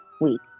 week